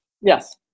Yes